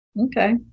Okay